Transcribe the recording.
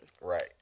Right